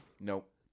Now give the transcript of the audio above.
Nope